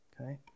Okay